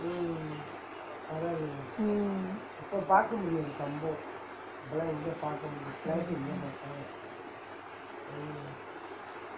mm